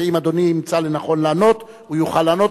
ואם אדוני ימצא לנכון לענות, הוא יוכל לענות.